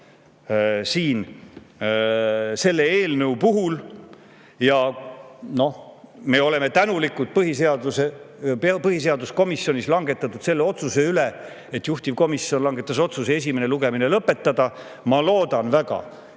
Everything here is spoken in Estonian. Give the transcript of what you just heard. selle eelnõu puhul. Me oleme tänulikud põhiseaduskomisjonis langetatud otsuse eest. Juhtivkomisjon langetas otsuse esimene lugemine lõpetada. Ma loodan väga,